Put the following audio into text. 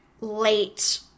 late